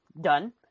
done